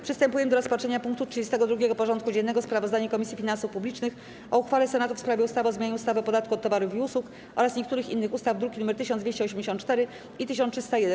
Przystępujemy do rozpatrzenia punktu 32. porządku dziennego: Sprawozdanie Komisji Finansów Publicznych o uchwale Senatu w sprawie ustawy o zmianie ustawy o podatku od towarów i usług oraz niektórych innych ustaw (druki nr 1284 i 1301)